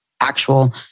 actual